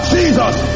Jesus